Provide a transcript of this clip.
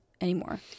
anymore